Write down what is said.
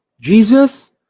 Jesus